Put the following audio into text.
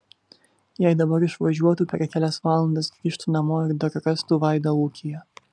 jei dabar išvažiuotų per kelias valandas grįžtų namo ir dar rastų vaidą ūkyje